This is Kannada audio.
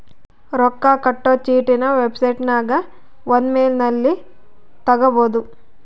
ರೊಕ್ಕ ಕಟ್ಟೊ ಚೀಟಿನ ವೆಬ್ಸೈಟನಗ ಒನ್ಲೈನ್ನಲ್ಲಿ ತಗಬೊದು